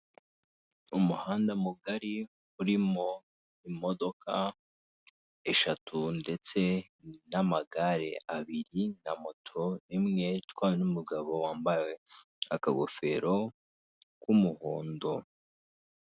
Umuhanda mugari urimo imodoka eshatu ndetse n'amagare abiri na moto imwe itwawe n'umugabo wambaye agagofero k'umuhondo.